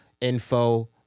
info